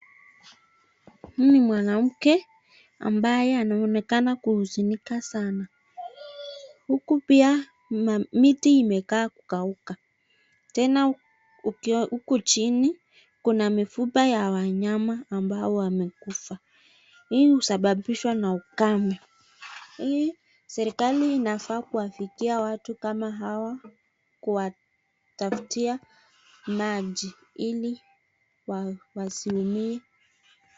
Huyu ni mwanamke ambaye anaonekana kuhuzunika sana. Huku pia miti imekaa kukauka. Tena huku chini kuna mifupa ya wanyama ambao wamekufa. Hii husababishwa na ukame. Serikali inafaa kuwafikia watu kama hawa kuwatafutia maji ili wasiumie.